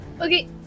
Okay